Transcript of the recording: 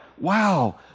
wow